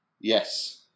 Yes